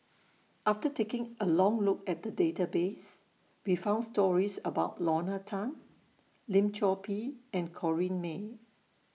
after taking A Long Look At The Database We found stories about Lorna Tan Lim Chor Pee and Corrinne May